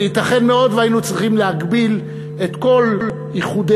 ייתכן מאוד שהיינו צריכים להגביל את כל איחודי